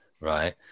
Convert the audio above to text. right